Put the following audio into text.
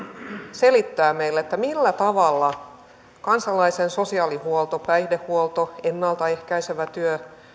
selittää meille millä tavalla kansalaisen sosiaalihuolto päihdehuolto ennalta ehkäisevä työ